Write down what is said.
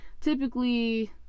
typically